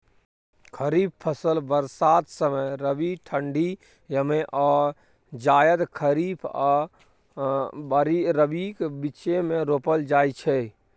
खरीफ फसल बरसात समय, रबी ठंढी यमे आ जाएद खरीफ आ रबीक बीचमे रोपल जाइ छै